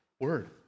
word